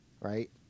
right